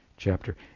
chapter